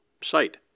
site